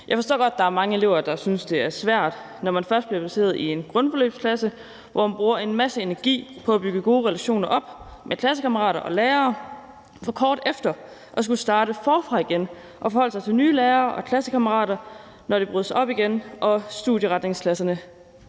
Jeg forstår godt, at der er mange elever, der synes, det er svært, når man først bliver placeret i en grundforløbsklasse, hvor man bruger en masse energi på at bygge gode relationer op med klassekammerater og lærere for kort efter at skulle starte forfra igen og forholde sig til nye lærere og klassekammerater, når det brydes op igen og studieretningsklasserne